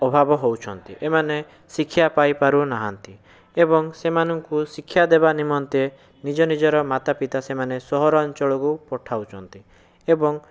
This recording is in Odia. ଅଭାବ ହେଉଛନ୍ତି ଏମାନେ ଶିକ୍ଷା ପାଇ ପାରୁ ନାହାଁନ୍ତି ଏବଂ ସେମାନଙ୍କୁ ଶିକ୍ଷା ଦେବା ନିମନ୍ତେ ନିଜ ନିଜର ମାତାପିତା ସେମାନେ ସହରାଞ୍ଚଳକୁ ପଠାଉଛନ୍ତି ଏବଂ